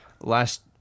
last